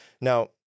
Now